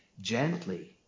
Gently